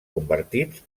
convertits